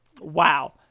Wow